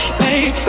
babe